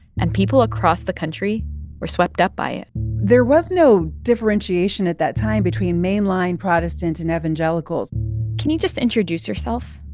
and people across the country were swept up by it there was no differentiation at that time between mainline protestant and evangelicals can you just introduce yourself?